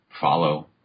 follow